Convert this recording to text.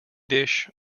dish